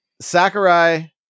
Sakurai